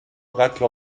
قتل